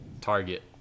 target